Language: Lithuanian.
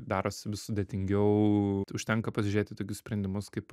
darosi vis sudėtingiau užtenka pažiūrėti tokius sprendimus kaip